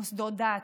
מוסדות דת,